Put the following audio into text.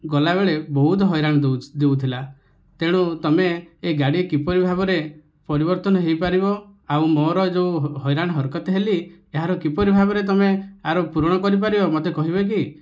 ଗଲାବେଳେ ବହୁତ ହଇରାଣ ଦେଉଥିଲା ତେଣୁ ତୁମେ ଏଇ ଗାଡ଼ି କିପରି ଭାବରେ ପରିବର୍ତ୍ତନ ହୋଇପାରିବ ଆଉ ମୋ'ର ଯେଉଁ ହଇରାଣ ହରକତ ହେଲି ଏହାର କିପରି ଭାବରେ ତୁମେ ଆର ପୂରଣ କରି ପାରିବ ମୋତେ କହିବକି